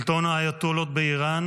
שלטון האייתוללות באיראן,